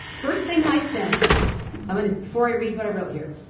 first thing i sense i mean is before i read what i wrote here